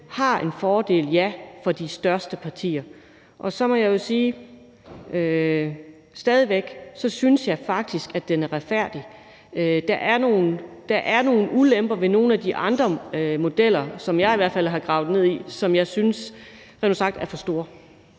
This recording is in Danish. har en fordel for, ja, de største partier. Stadig væk synes jeg faktisk, at den er retfærdig. Der er nogle ulemper ved nogle af de andre modeller, som jeg i hvert fald har gravet ned i, som jeg rent ud sagt synes er for store.